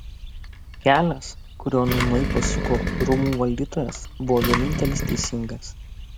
kelias kuriuo nūnai pasuko rūmų valdytojas buvo vienintelis teisingas